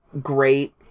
great